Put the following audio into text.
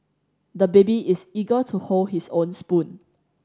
the baby is eager to hold his own spoon